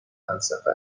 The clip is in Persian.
فلسفه